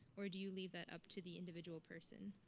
or do you leave that up to the individual person?